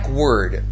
word